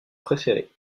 préféré